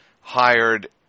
hired –